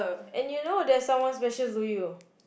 and you know there's someone special to you